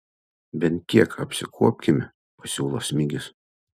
bent kiek apsikuopkime pasiūlo smigis